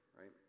right